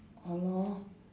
ah lor